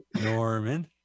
Norman